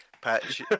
PATCH